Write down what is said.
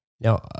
now